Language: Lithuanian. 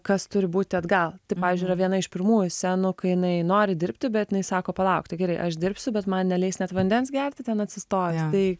kas turi būti atgal tai pavyzdžiui viena iš pirmųjų scenų kai jinai nori dirbti bet jinai sako palauk tai gerai aš dirbsiu bet man neleis net vandens gerti ten atsistojus tai